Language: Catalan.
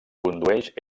condueix